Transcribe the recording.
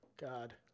God